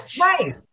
Right